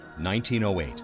1908